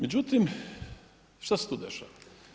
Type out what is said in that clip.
Međutim, šta se tu dešava?